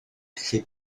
allu